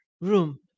room